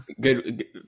Good